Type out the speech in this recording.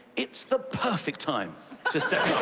it's the perfect time to set